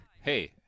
Hey